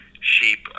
sheep